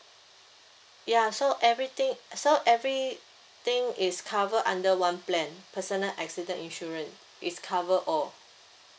ya so everything so everything is covered under one plan personal accident insurance is covered all